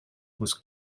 was